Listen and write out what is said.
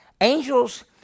Angels